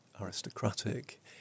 aristocratic